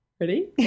Ready